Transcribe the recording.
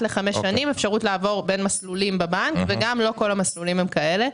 לחמש שנים אפשרות לעבור בין מסלולים בבנק וגם לא כל המסלולים הם כאלה.